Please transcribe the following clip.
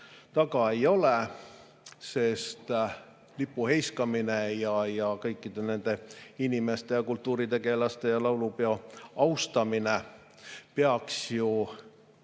taga ei ole. Sest lipu heiskamine ja kõikide nende inimeste ja kultuuritegelaste ja laulupeo austamine peaks ju